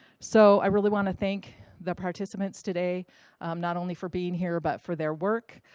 so i really want to thank the participants today not only for being here, but for their work.